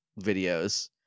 videos